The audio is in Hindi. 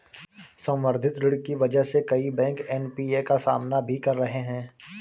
संवर्धित ऋण की वजह से कई बैंक एन.पी.ए का सामना भी कर रहे हैं